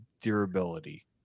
durability